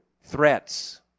threats